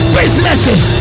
businesses